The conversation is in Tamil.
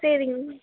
சரிங்க மேம்